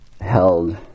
held